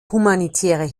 humanitäre